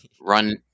run